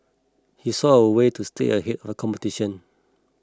he saw a way to stay ahead of competition